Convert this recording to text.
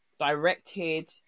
Directed